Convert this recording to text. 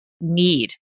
need